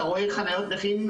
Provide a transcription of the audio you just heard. אתה רואה חניות נכים